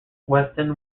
weston